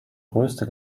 größte